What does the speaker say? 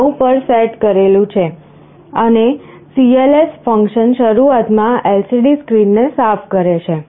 9 પર સેટ કરેલું છે અને cls ફંક્શન શરૂઆતમાં LCD સ્ક્રીનને સાફ કરે છે